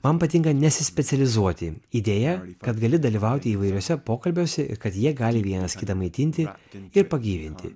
man patinka nesispecializuoti idėja kad gali dalyvauti įvairiuose pokalbiuose kad jie gali vienas kitą maitinti ir pagyvinti